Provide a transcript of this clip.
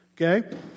Okay